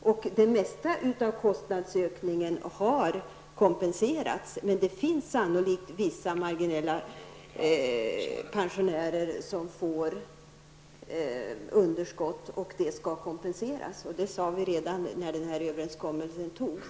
Det mesta av kostnadsökningen har kompenserats, men det finns sannolikt vissa, en marginell del, pensionärer som får underskott. Det skall kompenseras. Det sade vi redan när överenskommelsen gjordes.